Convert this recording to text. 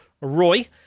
Roy